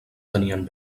tenien